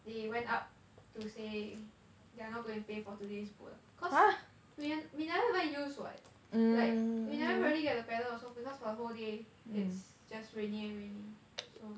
they went up to say they are not going to pay for today's boat because we we never even use [what] like we never really get the padel also because for the whole day it's just raining and raining so